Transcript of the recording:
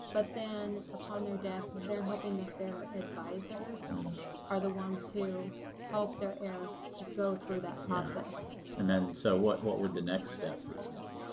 but then upon their death, they're hoping that their advisors are the ones who help their heirs go through that process and so what what would the next step be then?